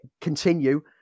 continue